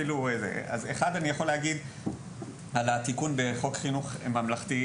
אני יכול להגיד על התיקון בחוק חינוך ממלכתי,